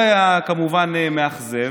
כמובן זה היה מאוד מאכזב,